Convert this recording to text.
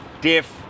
diff